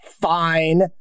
fine